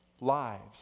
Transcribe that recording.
lives